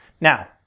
now